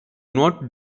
not